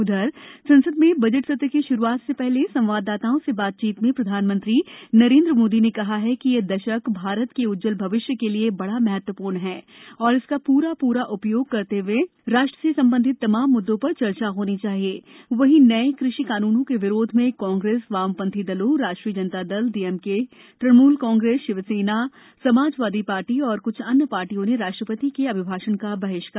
उधरसंसद में बजट सत्र की शुरूआत से पहले संवाददाताओं से बातचीत में प्रधानमंत्री नरेन्द्र मोदी ने कहा है कि यह दशक भारत के उज्ज्वल भविष्य के लिए बड़ा महत्वपूर्ण है और इसका प्रा प्रा उपयोग करते हुए दशक के दौरान राषद्व से संबंधित तमाम मुददों पर चर्चा होनी चाहिए वहीं नये कृषि कान्नों के विरोध में कांग्रेस वामपंथी दलों राष्ट्रीय जनता दल डीएमके तृणमूल कांग्रेस शिव सेना समाजवादी पार्टी और कुछ अन्य पार्टियों ने राष्ट्रपति के अभिभाषण का बहिष्कार किया